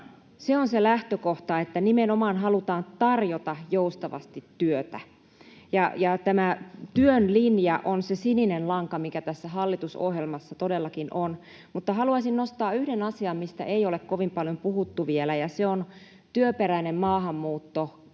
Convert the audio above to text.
Se on se lähtökohta, että nimenomaan halutaan tarjota joustavasti työtä. Tämä työn linja on se sininen lanka, mikä tässä hallitusohjelmassa todellakin on. Haluaisin nostaa yhden asian, mistä ei ole kovin paljon puhuttu vielä, ja se on työperäinen maahanmuutto tai